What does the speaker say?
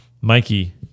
Mikey